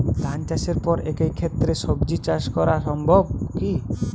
ধান চাষের পর একই ক্ষেতে সবজি চাষ করা সম্ভব কি?